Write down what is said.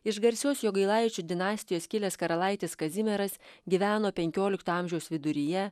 iš garsios jogailaičių dinastijos kilęs karalaitis kazimieras gyveno penkiolikto amžiaus viduryje